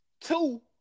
two